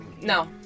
No